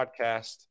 podcast